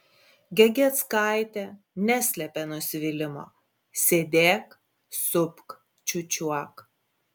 gegieckaitė neslėpė nusivylimo sėdėk supk čiūčiuok